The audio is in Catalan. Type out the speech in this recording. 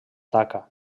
taca